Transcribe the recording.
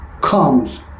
Comes